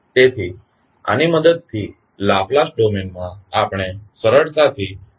તેથી આની મદદથી લાપ્લાસ ડોમેન માં આપણે સરળતાથી ટ્રાન્સફર ફંક્શન મેળવી શકીએ છીએ